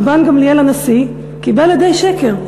רבן גמליאל הנשיא קיבל עדי שקר.